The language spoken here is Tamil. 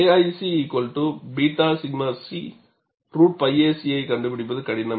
KIc𝜷𝛔 c √𝝿ac ஐ கண்டுபிடிப்பது கடினம்